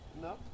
no